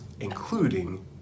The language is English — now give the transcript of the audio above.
including